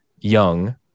young